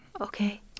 Okay